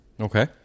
Okay